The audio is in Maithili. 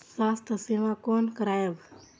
स्वास्थ्य सीमा कोना करायब?